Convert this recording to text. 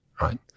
right